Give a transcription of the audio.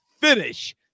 finish